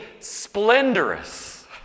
splendorous